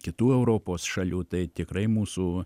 kitų europos šalių tai tikrai mūsų